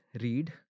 read